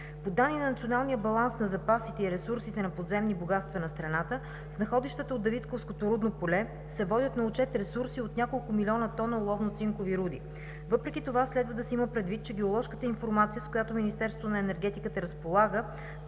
По данни на Националния баланс на запасите и ресурсите на подземни богатства на страната в находищата от Давидковското рудно поле се водят на отчет ресурси от няколко милиона тона оловно-цинкови руди. Въпреки това следва да се има предвид, че геоложката информация, с която Министерството на енергетиката разполага,